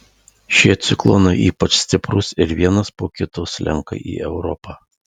šie ciklonai ypač stiprūs ir vienas po kito slenka į europą